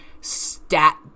stat